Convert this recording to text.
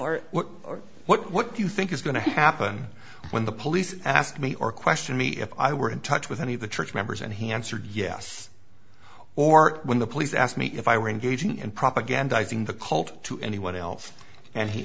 or what do you think is going to happen when the police asked me or question me if i were in touch with any of the church members and he answered yes or when the police asked me if i were engaging in propagandizing the cult to anyone else and he